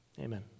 Amen